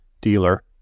dealer